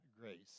grace